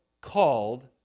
called